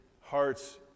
hearts